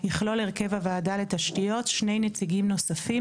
יכלול הרכב הוועדה לתשתיות שני נציגים נוספים